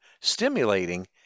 stimulating